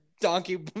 Donkey